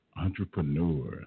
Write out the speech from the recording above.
entrepreneur